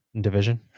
Division